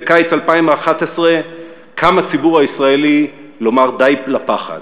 בקיץ 2011 קם הציבור הישראלי לומר די לפחד.